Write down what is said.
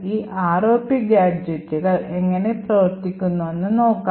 ഈ ROP ഗാഡ്ജെറ്റുകൾ എങ്ങനെ പ്രവർത്തിക്കുന്നുവെന്ന് നോക്കാം